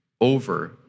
over